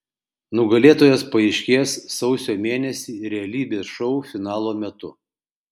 nugalėtojas paaiškės sausio mėnesį realybės šou finalo metu